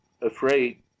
afraid